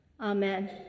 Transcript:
amen